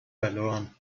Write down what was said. verloren